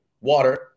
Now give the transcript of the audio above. water